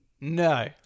No